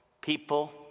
people